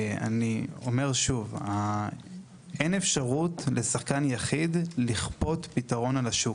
אני אומר שוב: אין אפשרות לשחקן יחיד לכפות פתרון על השוק.